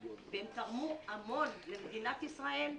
והם תרמו המון למדינת ישראל,